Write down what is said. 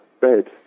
bed